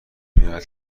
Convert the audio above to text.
میآید